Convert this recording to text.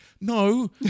No